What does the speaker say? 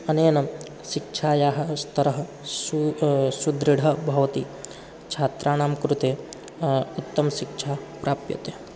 अनेन शिक्षायाः स्तरः सू सुदृढः भवति छात्राणां कृते उत्तमशिक्षा प्राप्यते